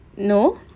no